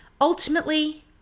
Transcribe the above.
Ultimately